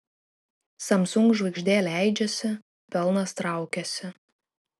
samsung žvaigždė leidžiasi pelnas traukiasi